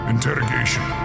Interrogation